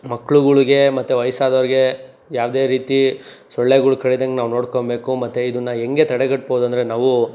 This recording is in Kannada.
ಮಕ್ಳುಗಳುಗೆ ಮತ್ತು ವಯಸ್ಸಾದವ್ರಿಗೆ ಯಾವುದೇ ರೀತಿ ಸೊಳ್ಳೆಗಳ್ ಕಡಿದಂಗೆ ನಾವು ನೋಡ್ಕೊಬೇಕು ಮತ್ತು ಇದನ್ನ ಹೆಂಗೆ ತಡೆಗಟ್ಬೋದಂದರೆ ನಾವು